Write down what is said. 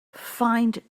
find